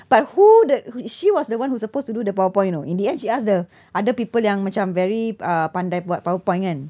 but who the she was the one who supposed to do the powerpoint you know in the end she ask the other people yang macam very uh pandai buat powerpoint kan